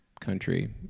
country